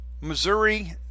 Missouri